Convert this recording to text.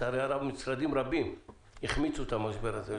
לצערי הרב משרדים רבים החמיצו את המשבר הזה.